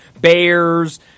Bears